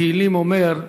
בתהילים אומר: